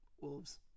Wolves